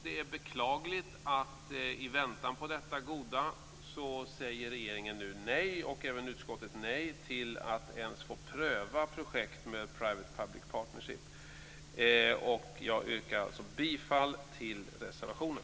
Det är beklagligt att regeringen och även utskottet i väntan på detta goda nu säger nej till att man ens får pröva projekt med Public Private Partnership. Jag yrkar bifall till reservationen.